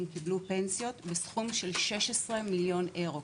קיבלו פנסיות בסכום של כ-16 מיליון אירו,